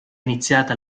iniziata